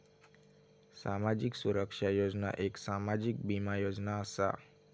सामाजिक सुरक्षा योजना एक सामाजिक बीमा योजना असा